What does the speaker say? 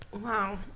Wow